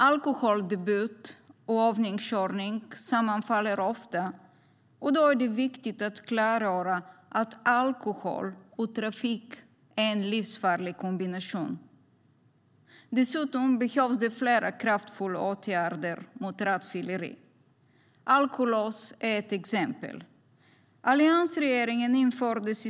Alkoholdebut och övningskörning sammanfaller ofta, och då är det viktigt att klargöra att alkohol och trafik är en livsfarlig kombination. Dessutom behövs flera kraftfulla åtgärder mot rattfylleri. Alkolås är ett exempel.